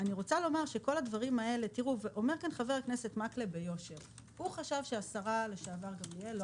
חבר הכנסת מקלב אומר ביושר שהוא חשב שהשרה לשעבר גמליאל לא